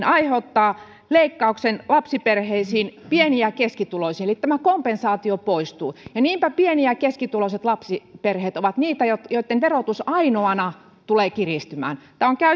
aiheuttaa leikkauksen lapsiperheisiin pieni ja keskituloisiin eli tämä kompensaatio poistuu niinpä pieni ja keskituloiset lapsiperheet ovat niitä joitten verotus ainoana tulee kiristymään tämä on